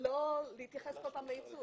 לא להתייחס כל פעם ליצוא.